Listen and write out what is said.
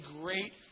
great